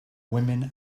women